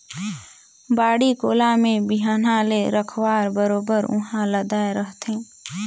बाड़ी कोला में बिहन्हा ले रखवार बरोबर उहां लदाय रहथे